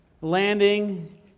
landing